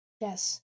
yes